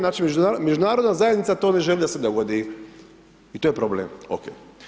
Znači, Međunarodna zajednica to ne želi da se dogodi i to je problem, ok.